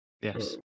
Yes